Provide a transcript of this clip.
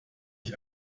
ich